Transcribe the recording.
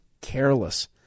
careless